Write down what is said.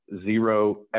Zero